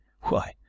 Why